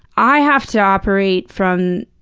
i have to operate from,